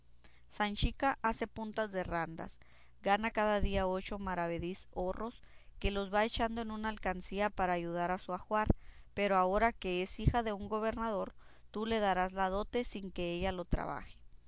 malas sanchica hace puntas de randas gana cada día ocho maravedís horros que los va echando en una alcancía para ayuda a su ajuar pero ahora que es hija de un gobernador tú le darás la dote sin que ella lo trabaje